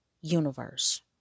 universe